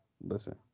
listen